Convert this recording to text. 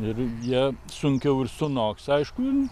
ir jie sunkiau ir sunoks aišku